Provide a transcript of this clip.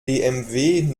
bmw